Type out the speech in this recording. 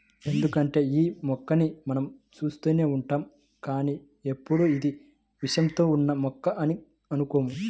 ఎందుకంటే యీ మొక్కని మనం చూస్తూనే ఉంటాం కానీ ఎప్పుడూ ఇది విషంతో ఉన్న మొక్క అని అనుకోము